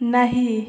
नहीं